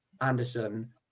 Anderson